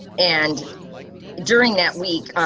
and during that week.